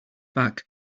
back